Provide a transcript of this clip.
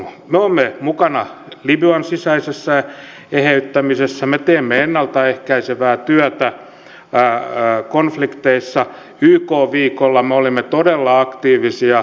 me olemme mukana libyan sisäisessä eheyttämisessä me teemme ennalta ehkäisevää työtä konflikteissa yk viikolla me olimme todella aktiivisia